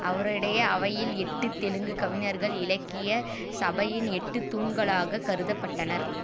அவருடைய அவையில் எட்டு தெலுங்குக் கவிஞர்கள் இலக்கிய சபையின் எட்டுத் தூண்களாகக் கருதப்பட்டனர்